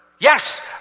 Yes